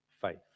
faith